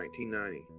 1990